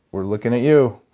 we're looking at you.